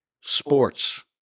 sports